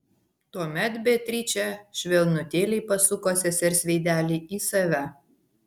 tuomet beatričė švelnutėliai pasuko sesers veidelį į save